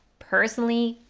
personally,